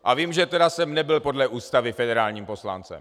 A vím, že jsem nebyl podle ústavy federálním poslancem.